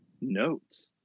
notes